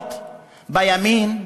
להתחרות בימין,